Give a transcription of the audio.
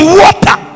water